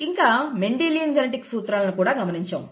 ఇంకా Mendelian genetics సూత్రాలను కూడా గమనించాము